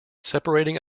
separating